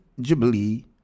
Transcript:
Jubilee